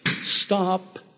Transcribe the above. stop